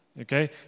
okay